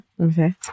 Okay